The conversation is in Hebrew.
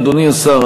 אדוני השר,